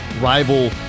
rival